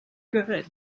good